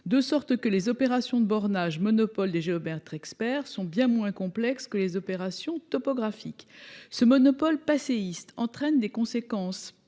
de sorte que les opérations de bornage- monopole des géomètres-experts -sont bien moins complexes que les opérations topographiques. Ce monopole passéiste entraîne des conséquences